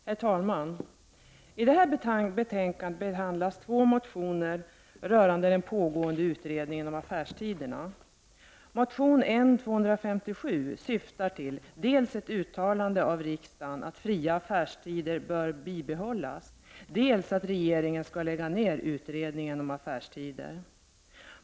Herr talman! I detta betänkande behandlas två motioner rörande den pågående utredningen om affärstiderna. Motion N257 har som syfte dels att riksdagen skall uttala att fria affärstider bör bibehållas, dels att regeringen skall lägga ner utredningen om affärstider.